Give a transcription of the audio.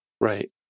right